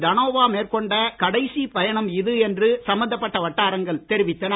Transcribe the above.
தனோவா மேற்கொண்ட கடைசிப் பயணம் இது என்று சம்பந்தப்பட்ட வட்டாரங்கள் தெரிவித்தன